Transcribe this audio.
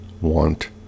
want